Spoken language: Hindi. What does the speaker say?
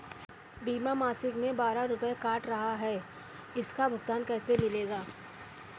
बीमा मासिक में बारह रुपय काट रहा है इसका भुगतान कैसे मिलेगा?